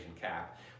cap